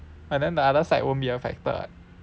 but then the other side won't be affected [what]